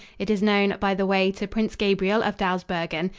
it is known, by the way, to prince gabriel of dawsbergen.